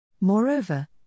Moreover